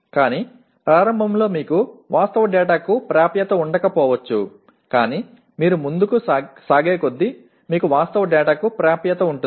కానీ ప్రారంభంలో మీకు వాస్తవ డేటాకు ప్రాప్యత ఉండకపోవచ్చు కానీ మీరు ముందుకు సాగే కొద్దీ మీకు వాస్తవ డేటాకు ప్రాప్యత ఉంటుంది